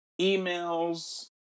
emails